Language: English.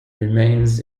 remains